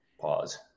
pause